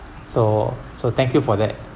so so thank you for that